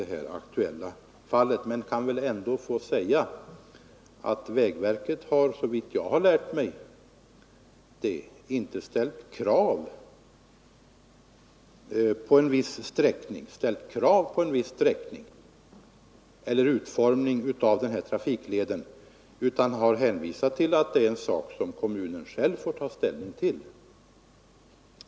villkoren för det aktuella fallet, men jag kan väl ändå få säga att vägverket inte, såvitt — statsbidrag till vägar jag vet, ställt krav på en viss sträckning eller utformning av den här och gator trafikleden, utan vägverket har hänvisat till att det är en sak som kommunen själv får ta ställning till.